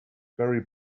barry